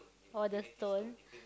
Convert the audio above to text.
all the stone